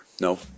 no